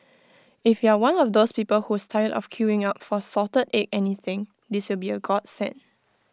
if you are one of those people who's tired of queuing up for salted egg anything this will be A godsend